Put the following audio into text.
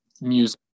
music